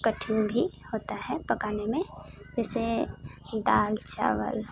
कठिन भी होता है पकाने में वैसे दाल चावल